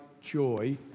joy